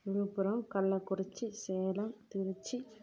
Villupuram Kallakurichi Salem Trichy